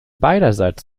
beiderseits